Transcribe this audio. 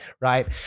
Right